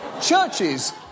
Churches